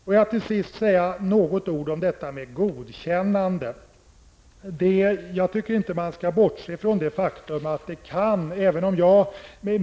Får jag till sist säga några ord om detta med godkännande.